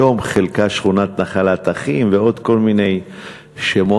היום חלקה שכונת נחלת-אחים ועוד כל מיני שמות.